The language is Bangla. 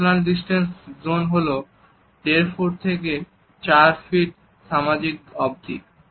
পার্সোনাল ডিসটেন্স জন হল দেড় ফুট থেকে 4 ফিট সামাজিক দূরত্ব অবধি